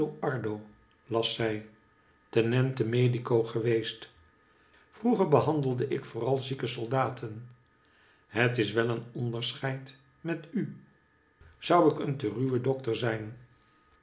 las zij tenente medico geweest vroeger behandelde ik vooral zieke soldaten het is wel een onderscheid met u zou ik een te ruwe dokter zijn